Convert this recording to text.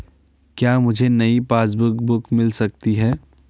क्या मुझे नयी पासबुक बुक मिल सकती है?